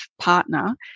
partner